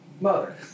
mother